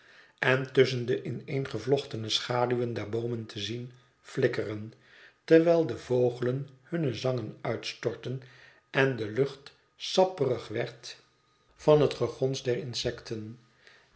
en tusschen de ineengevlochtene schaduwen der boomen te zien flikkeren terwijl de vogelen hunne zangen uitstortten en de lucht sapperig werd van het gei kennismaking met lady dedlock gons der insecten